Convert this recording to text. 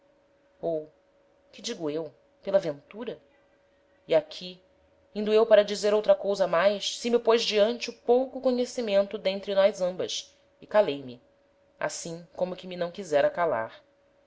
ou que digo eu pela ventura e aqui indo eu para dizer outra cousa mais se me pôs diante o pouco conhecimento d'entre nós ambas e calei-me assim como que me não quisera calar